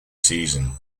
season